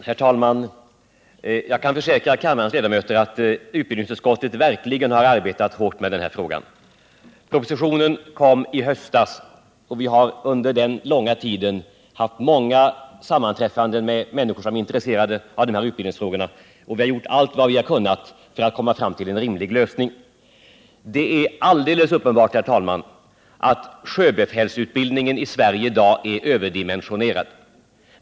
Herr talman! Jag kan försäkra kammarens ledamöter att utbildningsutskottet verkligen har arbetat hårt med denna fråga. Propositionen kom i höstas, och vi har under den långa tiden sedan dess haft många sammanträffanden med människor som är intresserade av de här utbildningsfrågorna och gjort allt vi kunnat för att komma fram till en rimlig lösning. Det är alldeles uppenbart, herr talman, att sjöbefälsutbildningen i Sverige i dag är överdimensionerad.